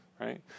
right